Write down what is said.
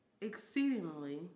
exceedingly